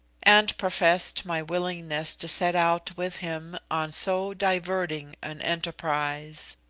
and professed my willingness to set out with him on so diverting an enterprise.